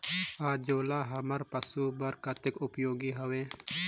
अंजोला हमर पशु बर कतेक उपयोगी हवे?